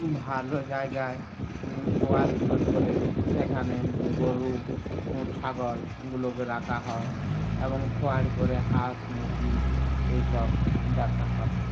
ভালো জায়গায় গোয়াল ঘর করে সেখানে গরু ছাগলগুলোকে রাখা হয় এবং খোয়ার করে হাঁস মুরগি এইসব রাখা হয়